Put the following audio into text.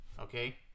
Okay